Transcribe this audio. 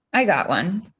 i got one.